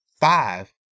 five